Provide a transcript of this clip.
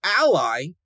ally